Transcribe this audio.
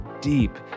deep